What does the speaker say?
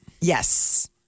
Yes